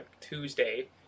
Tuesday